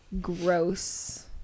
gross